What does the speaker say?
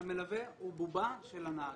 המלווה הוא בובה של הנהג.